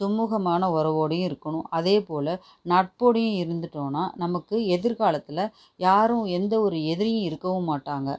சுமுகமான உறவோடையும் இருக்கணும் அதே போல நட்போடையும் இருந்துட்டோம்னா நமக்கு எதிர்காலத்தில் யாரும் எந்த ஒரு எதிரியும் இருக்கவும் மாட்டாங்கள்